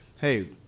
Hey